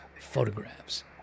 photographs